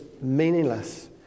meaningless